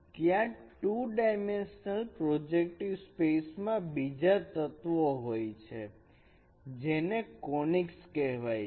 ત્યાં 2 dimension projective space માં બીજા તત્વો હોય છે જેને કોનીક્સ કહેવાય છે